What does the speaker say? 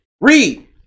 Read